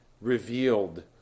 revealed